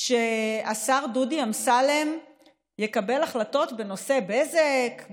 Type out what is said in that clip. שהשר דודי אמסלם יקבל החלטות בנושא בזק,